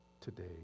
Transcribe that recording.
today